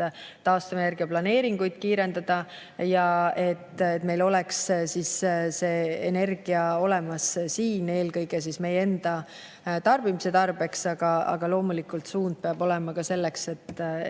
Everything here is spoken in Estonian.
et taastuvenergiaplaneeringuid kiirendada ja et meil oleks see energia siin olemas eelkõige meie enda tarbimise katteks. Aga loomulikult suund peab olema ka sellele,